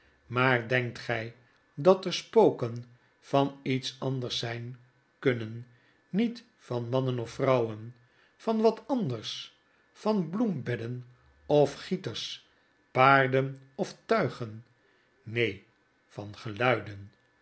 maar denkt gii dat er spoken van iets anders zyn kunnenjniet van mannen of vrouwen van wat anders van bloembedden of gieters paarden of tuigen fl neen van geluiden